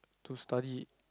to study